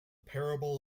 parable